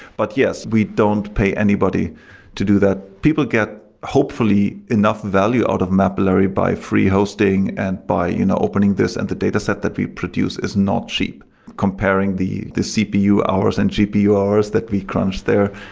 but yes, we don't pay anybody to do that. people get hopefully enough value out of mapillary by free hosting and by you know opening this and the dataset that we produce is not cheap comparing the the cpu hours and gpu hours that we crunch there.